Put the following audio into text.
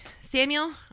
samuel